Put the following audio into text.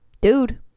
dude